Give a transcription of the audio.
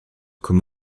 comme